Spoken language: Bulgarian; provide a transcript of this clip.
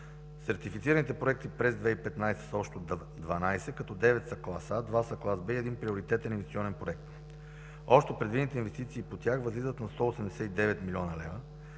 Сертифицираните проекти през 2015 г. са общо 12, като девет са клас А, два са клас Б и един приоритетен инвестиционен проект. Общо предвидените инвестиции по тях възлизат на 189 млн. лв.